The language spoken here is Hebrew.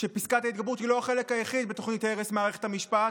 שפסקת ההתגברות היא לא החלק היחיד בתוכנית הרס מערכת המשפט,